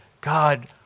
God